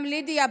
גם לידיה,